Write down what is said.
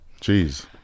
Jeez